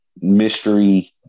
mystery